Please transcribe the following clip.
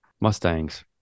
mustangs